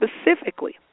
specifically